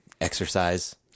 exercise